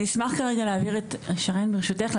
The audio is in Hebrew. אני אשמח כרגע שרן ברשותך,